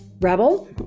Rebel